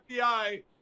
FBI